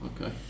okay